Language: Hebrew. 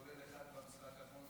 כולל אחד במשחק האחרון,